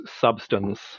substance